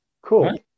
Cool